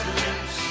lips